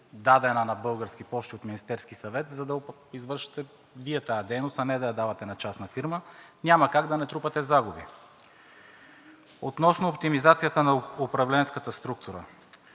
дадена на „Български пощи“ от Министерския съвет, за да извършвате Вие тази дейност, а не да я давате на частна фирма, няма как да не натрупате загуби. Относно оптимизацията на управленската структура.